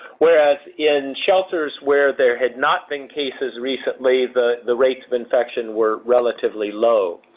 whereas in shelters where there had not been cases recently, the the rates of infection were relatively low.